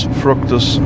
fructus